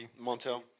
Montel